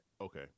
okay